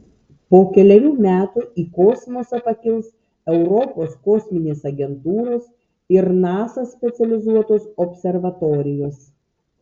po kelerių metų į kosmosą pakils europos kosminės agentūros ir nasa specializuotos observatorijos